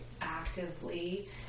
actively